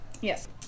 Yes